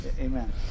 Amen